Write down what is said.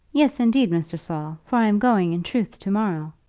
yes, indeed, mr. saul for i am going in truth, to-morrow.